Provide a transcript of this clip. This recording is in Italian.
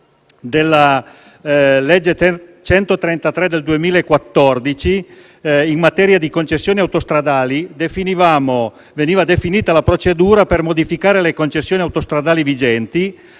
della legge 12 settembre 2014, n. 133, in materia di concessioni autostradali, veniva definita la procedura per modificare le concessioni autostradali vigenti,